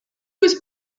was